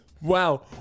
Wow